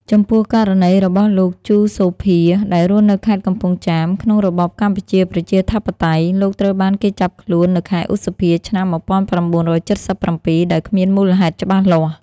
ចំពោះ ករណីរបស់លោក ជូ សូភា ដែលរស់នៅខេត្តកំពង់ចាមក្នុងរបបកម្ពុជាប្រជាធិបតេយ្យ លោកត្រូវបានគេចាប់ខ្លួននៅខែឧសភា ឆ្នាំ១៩៧៧ ដោយគ្មានមូលហេតុច្បាស់លាស់។